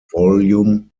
vol